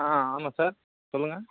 ஆ ஆமாம் சார் சொல்லுங்கள்